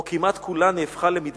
או כמעט כולה, נהפכה למדבר,